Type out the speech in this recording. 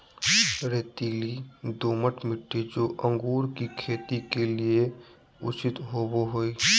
रेतीली, दोमट मिट्टी, जो अंगूर की खेती के लिए उचित होवो हइ